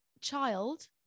child